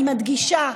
אני מדגישה: